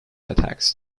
attacks